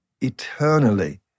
eternally